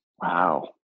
wow